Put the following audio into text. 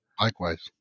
Likewise